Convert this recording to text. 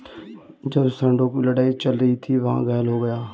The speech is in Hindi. जब सांडों की लड़ाई चल रही थी, वह घायल हो गया